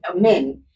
men